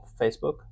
Facebook